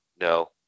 No